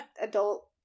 adult